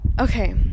okay